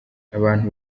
abantu